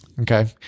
Okay